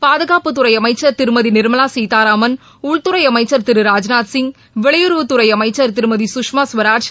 பாதுகாப்புத்துறை அமைச்சர் திருமதி நிர்மலா சீதாராமன் உள்துறை அமைச்சர் திரு ராஜ்நாத் சிங் வெளியுறவுத்துறை அமைச்சர் திருமதி குஷ்மா சுவராஜ்